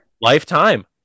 Lifetime